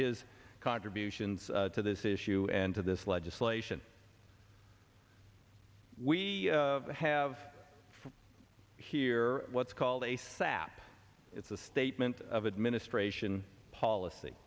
his contributions to this issue and to this legislation we have here what's called a sap it's a statement of administration